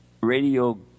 radio